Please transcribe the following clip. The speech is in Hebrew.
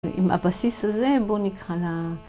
‫עם הבסיס הזה, בואו נקרא ל...